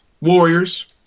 warriors